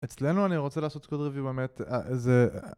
אצלנו אני רוצה לעשות קוד ריווי באמת, אה, זה...